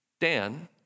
Dan